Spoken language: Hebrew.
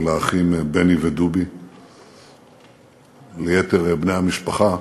ולאחים בני ודובי וליתר בני המשפחה,